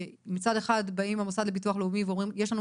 שמצד אחד באים המוסד לביטוח לאומי ואומרים יש לנו